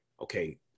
okay